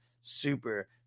super